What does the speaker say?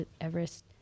everest